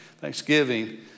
Thanksgiving